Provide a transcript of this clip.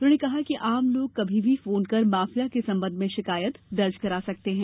उन्होंने कहा कि आम लोग कभी भी फोन कर माफिया के संबंध में शिकायत दर्ज करा सकते हैं